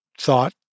thought